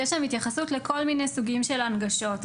יש שם התייחסות לכל מיני סוגים של ההנגשות,